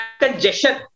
congestion